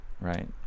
right